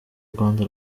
rwanda